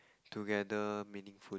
together meaningful